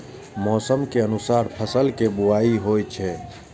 मौसम के अनुसार फसल के बुआइ होइ छै